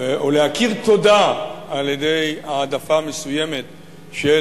או להכיר תודה על-ידי העדפה מסוימת של